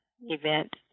event